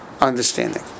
understanding